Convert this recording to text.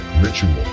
ritual